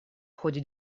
ходе